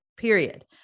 period